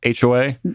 HOA